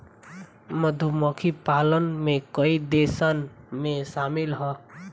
मधुमक्खी पशुपालन में कई देशन में शामिल ह